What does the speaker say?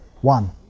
one